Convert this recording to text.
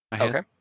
Okay